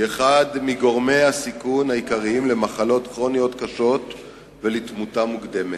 היא אחד מגורמי הסיכון העיקריים למחלות כרוניות קשות ולתמותה מוקדמת.